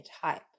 type